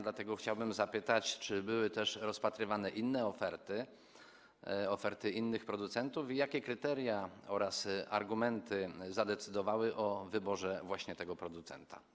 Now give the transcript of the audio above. Dlatego chciałbym zapytać: Czy były też rozpatrywane inne oferty, oferty innych producentów, a także jakie kryteria oraz argumenty zadecydowały o wyborze właśnie tego producenta?